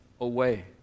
away